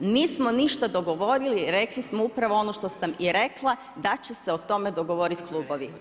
Nismo ništa dogovorili, rekli smo upravo ono što sam i rekla, da će se o tome dogovoriti klubovi.